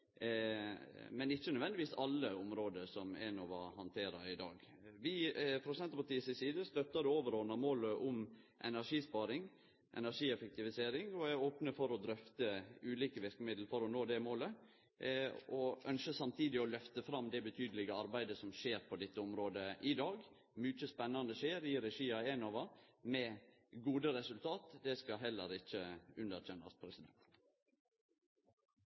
men ikkje nødvendigvis alle område som Enova handterer i dag. Vi frå Senterpartiets side stør det overordna målet om energisparing, energieffektivisering, og er opne for å drøfte ulike verkemiddel for å nå det målet, og ønskjer samtidig å lyfte fram det betydelege arbeidet som skjer på dette området i dag. Mykje spennande skjer i regi av Enova med gode resultat. Det skal heller ikkje underkjennast.